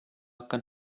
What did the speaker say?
kan